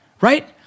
Right